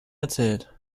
erzählt